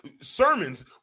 sermons